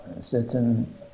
certain